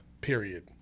period